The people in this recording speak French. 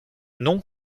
nom